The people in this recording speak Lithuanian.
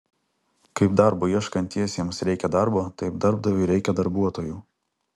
kaip darbo ieškantiesiems reikia darbo taip darbdaviui reikia darbuotojų